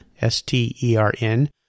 S-T-E-R-N